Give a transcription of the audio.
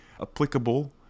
applicable